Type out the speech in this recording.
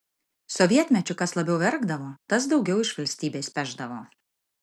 sovietmečiu kas labiau verkdavo tas daugiau iš valstybės pešdavo